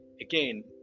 again